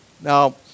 Now